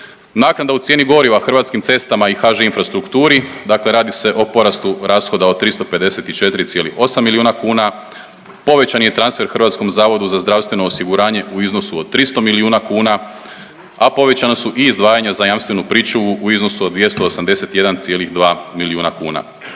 Naknada u cijeni goriva Hrvatskim cestama i HŽ Infrastrukturi dakle radi se o porastu rashoda od 354,8 milijuna kuna, povećan je transfer HZZO-u u iznosu od 300 milijuna kuna, a povećana su i izdvajanja za jamstvenu pričuvu u iznosu od 281,2 milijuna kuna.